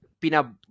pina